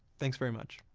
thanks very much.